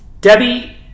Debbie